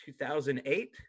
2008